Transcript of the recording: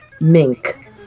mink